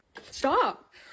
Stop